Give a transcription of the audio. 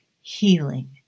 healing